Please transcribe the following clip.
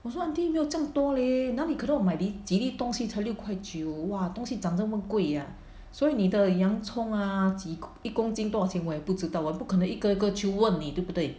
that's why I think 没有这样多 leh 那里可能我买几粒东西才六块九 !wah! 东西长这么贵呀所以你的洋葱啊几一公斤多少钱我也不知道我不可能一个个去问你对不对